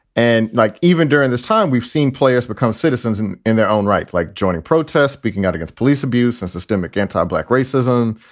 and like even during this time, we've seen players become citizens in in their own right. like joining protests, speaking out against police abuse and systemic anti black racism.